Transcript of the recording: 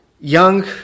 Young